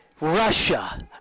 Russia